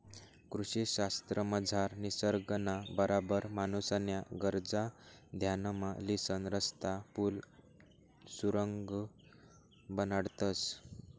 कृषी शास्त्रमझार निसर्गना बराबर माणूसन्या गरजा ध्यानमा लिसन रस्ता, पुल, सुरुंग बनाडतंस